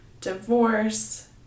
divorce